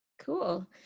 Cool